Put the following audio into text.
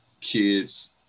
kids